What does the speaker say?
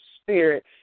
spirit